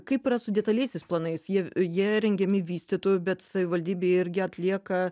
kaip yra su detaliaisiais planais jie jie rengiami vystytojų bet savivaldybė irgi atlieka